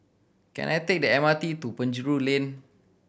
can I take the M R T to Penjuru Lane